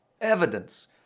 evidence